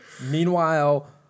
Meanwhile